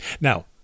Now